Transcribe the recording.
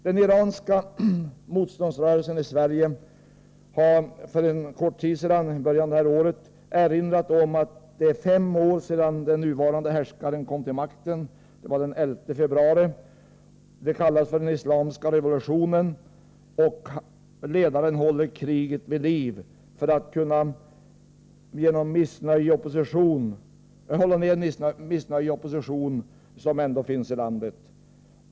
Den iranska motståndsrörelsen i Sverige har i början av detta år erinrat om att det är fem år sedan den nuvarande härskaren kom till makten — det var den 11 februari. Det kallas den islamska revolutionen, och ledaren håller kriget vid liv för att kunna hålla tillbaka det missnöje och den opposition som finns i landet.